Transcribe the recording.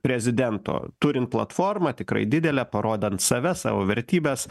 prezidento turint platformą tikrai didelę parodant save savo vertybes